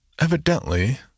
evidently